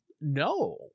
No